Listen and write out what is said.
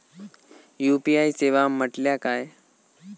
UPI सेवा म्हटल्या काय?